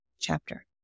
chapter